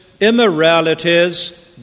immoralities